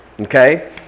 Okay